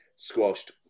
squashed